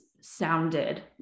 sounded